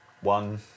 One